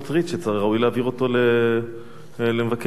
שראוי להעביר אותו למבקר המדינה.